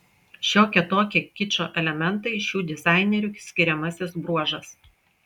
šiokie tokie kičo elementai šių dizainerių skiriamasis bruožas